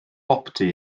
boptu